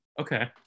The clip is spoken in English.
Okay